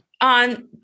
on